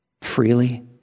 Freely